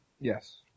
Yes